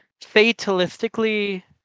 fatalistically